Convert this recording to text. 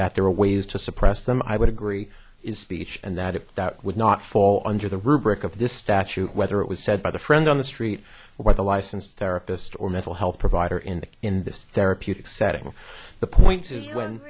that there are ways to suppress them i would agree is speech and that it would not fall under the rubric of this statute whether it was said by the friend on the street or the licensed therapist or mental health provider in the in this therapeutic setting the point is when